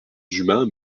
humains